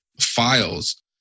files